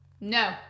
No